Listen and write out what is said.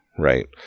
Right